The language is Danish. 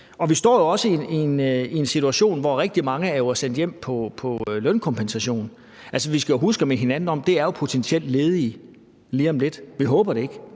Vi står jo også i en situation, hvor rigtig mange er sendt hjem på lønkompensation. Vi skal huske hinanden på, at det er potentielt ledige lige om lidt,